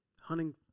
hunting